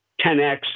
10x